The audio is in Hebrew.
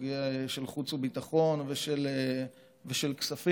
של חוץ וביטחון ושל כספים,